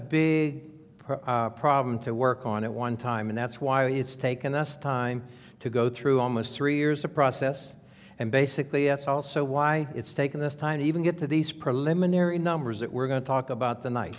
big problem to work on at one time and that's why it's taken us time to go through almost three years of process and basically that's also why it's taken this time to even get to these preliminary numbers that we're going to talk about the night